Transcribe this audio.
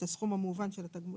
את הסכום המהוון של התגמולים,